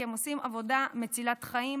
כי הם עושים עבודה מצילת חיים,